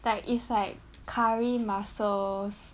like is like curry mussels